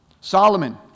Solomon